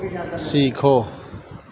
سیکھو